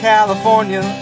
California